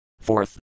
Fourth